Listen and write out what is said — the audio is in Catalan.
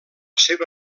seva